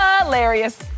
hilarious